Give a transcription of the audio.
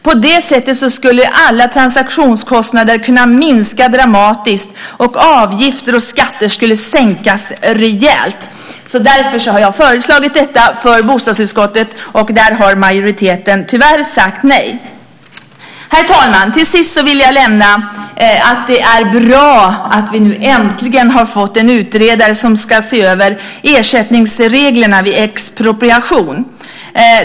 På det sättet skulle alla transaktionskostnader kunna minska dramatiskt och avgifter och skatter kunna sänkas rejält. Därför har jag föreslagit detta för bostadsutskottet, men där har majoriteten tyvärr sagt nej. Herr talman! Till sist vill jag nämna att det är bra att vi nu äntligen har fått en utredare som ska se över ersättningsreglerna vid expropriation.